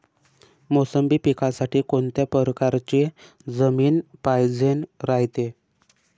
मोसंबी पिकासाठी कोनत्या परकारची जमीन पायजेन रायते?